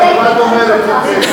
דרך אגב, אם את אומרת את זה.